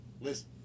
listen